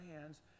hands